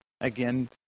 Again